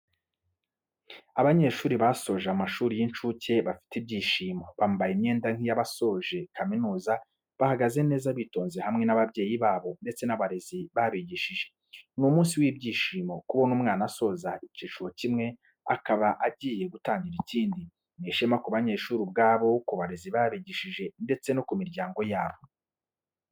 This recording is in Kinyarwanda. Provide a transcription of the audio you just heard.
Abanyeshuri basoje amashuri y'incuke bafite ibyishimo, bambaye imyenda nk'iyabasoje kaminuza bahagaze neza bitonze hamwe n'ababyeyi babo ndetse n'abarezi babigishije. Ni umunsi w'ibyishimo kubona umwana asoza icyiciro kimwe akaba agiye gutangira ikindi, ni ishema ku banyeshuri ubwabo, ku barezi babigishije ndetse no ku miryango yabo.